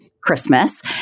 Christmas